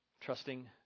Trusting